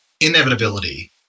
inevitability